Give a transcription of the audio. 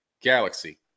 galaxy